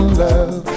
love